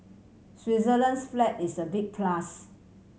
Switzerland's flag is a big plus